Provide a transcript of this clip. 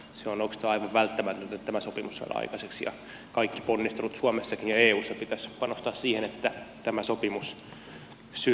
se on oikeastaan aivan välttämätöntä että tämä sopimus saadaan aikaiseksi ja kaikki ponnistelut suomessakin ja eussa pitäisi panostaa siihen että tämä sopimus syntyy